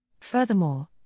Furthermore